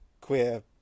queer